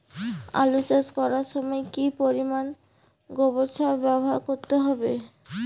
আলু চাষ করার সময় কি পরিমাণ গোবর সার ব্যবহার করতে হবে?